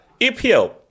EPL